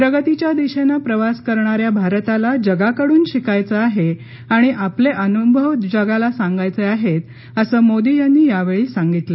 प्रगतीच्या दिशेने प्रवास करणाऱ्या भारताला जगाकडून शिकायचे आहे आणि आपले स्वतःचे अनुभव जगाला सांगायचे आहेत असं मोदी यांनी यावेळी सांगितलं